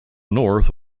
north